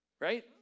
right